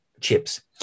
chips